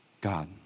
God